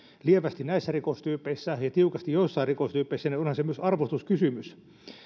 lievästi näissä rikostyypeissä ja tiukasti joissain rikostyypeissä niin onhan se myös arvostuskysymys